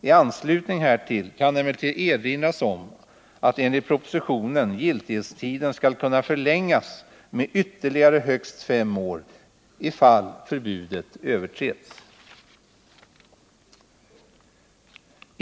I anslutning härtill kan emellertid erinras om att enligt propositionen giltighetstiden skall kunna förlängas med ytterligare högst fem år ifall förbudet överträds.